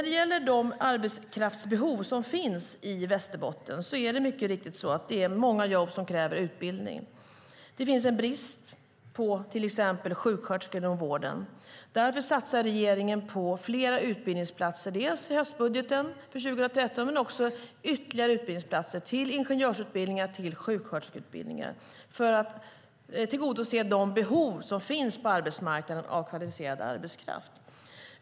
Det arbetskraftsbehov som finns i Västerbotten gäller många jobb som kräver utbildning. Det finns till exempel en brist på sjuksköterskor inom vården. Därför satsar regeringen på fler utbildningsplatser i höstbudgeten för 2013. Det handlar om ytterligare utbildningsplatser på ingenjörsutbildningar och sjuksköterskeutbildningar för att tillgodose de behov av kvalificerad arbetskraft som finns på arbetsmarknaden.